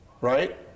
right